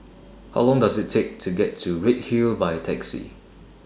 How Long Does IT Take to get to Redhill By Taxi